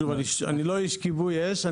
שוב, אני לא איש כיבוי אש.